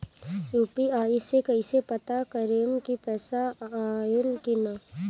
UPI से कईसे पता करेम की पैसा आइल की ना?